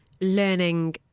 learning